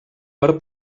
per